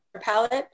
palette